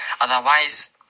Otherwise